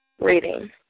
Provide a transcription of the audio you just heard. reading